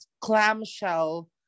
clamshell